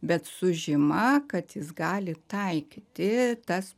bet su žyma kad jis gali taikyti tas